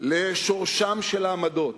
לשורשן של העמדות,